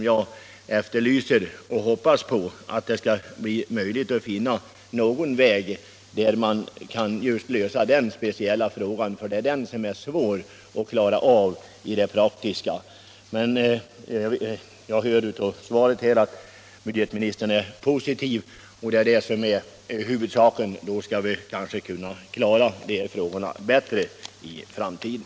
Jag hoppas därför att det skall bli möjligt att finna någon väg för att lösa den speciella frågan, för det är just den som är svår att klara i praktiken. Av svaret framgår emellertid att budgetministern är positivt inställd, och det är huvudsaken — då skall vi kanske kunna klara frågorna bättre i framtiden.